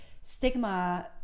stigma